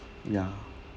yeah